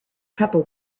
trouble